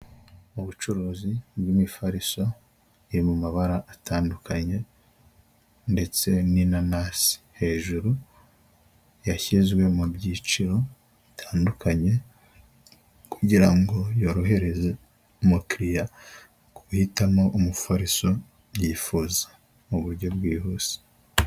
Mu bucuruzi bw'imifariso iri mumabara atandukanye ndetse n'inanasi hejuru, yashyizwe mu byiciro bitandukanye, kugira ngo yorohereze umukiriya guhitamo umufariso yifuza mu buryo bwihuse.